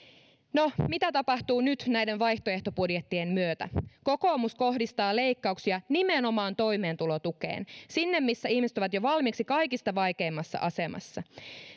no mitä tapahtuu nyt näiden vaihtoehtobudjettien myötä kokoomus kohdistaa leikkauksia nimenomaan toimeentulotukeen sinne missä ihmiset ovat jo valmiiksi kaikista vaikeimmassa asemassa